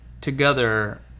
together